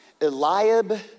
Eliab